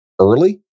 early